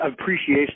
appreciation